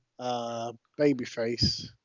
babyface